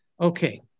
Okay